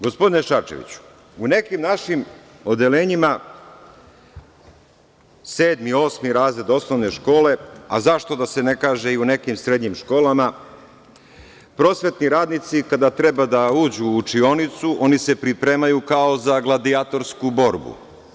Gospodine Šarčeviću, u nekim našim odeljenjima, sedmi, osmi razred osnove škole, a zašto da se ne kaže i u nekim srednjim školama, prosvetni radnici kada treba da uđu u učionicu oni se pripremaju kao za gladijatorsku borbu.